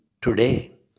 today